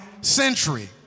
century